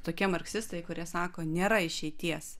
tokie marksistai kurie sako nėra išeities